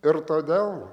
ir todėl